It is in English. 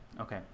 Okay